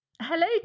Hello